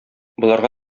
боларга